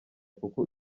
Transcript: kuko